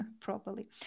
properly